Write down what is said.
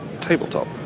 tabletop